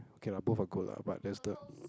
okay lah both are good lah but there's the